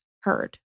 heard